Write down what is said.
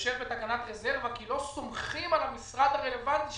יושב בתקנת רזרבה כי לא סומכים על המשרד הרלוונטי,